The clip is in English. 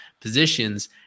positions